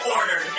Order